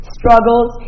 struggles